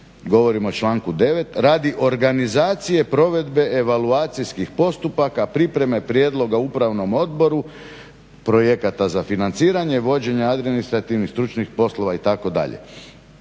govorim o članku 9., radi organizacije, provedbe evaluacijskih postupaka, pripreme prijedloga upravnom odboru projekata za financiranje i vođenje administrativnih stručnih poslova itd.